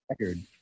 record